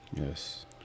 Yes